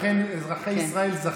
לכן אזרחי ישראל זכו,